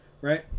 right